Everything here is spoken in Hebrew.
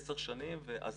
עשר שנים והזיקה